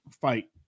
fight